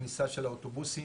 הכניסה של האוטובוסים.